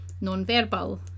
non-verbal